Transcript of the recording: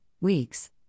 weeks